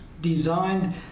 designed